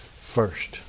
first